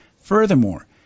furthermore